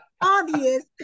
obvious